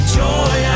joy